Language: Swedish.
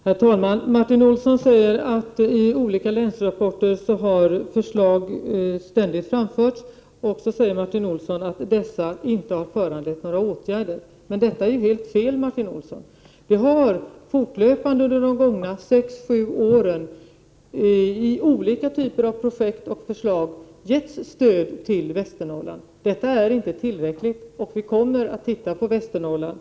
Herr talman! Martin Olsson säger att förslag ständigt framförts i olika länsrapporter, men att dessa inte föranlett några åtgärder. Detta är ju helt fel, Martin Olsson. Det har fortlöpande under de gångna sex, sju åren i olika typer av projekt och förslag getts stöd till Västernorrland. Detta är dock inte tillräckligt, och vi kommer att titta närmare på Västernorrland.